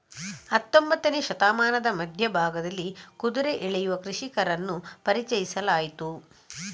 ಹತ್ತೊಂಬತ್ತನೇ ಶತಮಾನದ ಮಧ್ಯ ಭಾಗದಲ್ಲಿ ಕುದುರೆ ಎಳೆಯುವ ಕೃಷಿಕರನ್ನು ಪರಿಚಯಿಸಲಾಯಿತು